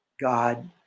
God